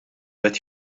qed